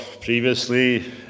previously